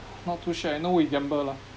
not too sure I know we gamble lah